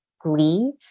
glee